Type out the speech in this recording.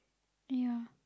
ya